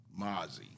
Mozzie